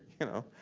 you know?